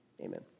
Amen